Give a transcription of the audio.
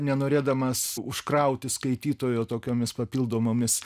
nenorėdamas užkrauti skaitytojo tokiomis papildomomis